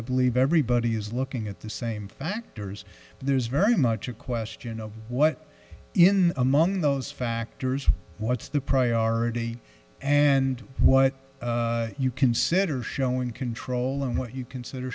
i believe everybody is looking at the same factors there's very much a question of what in among those factors what's the priority and what you consider showing control in what you consider